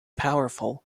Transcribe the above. powerful